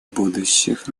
будущих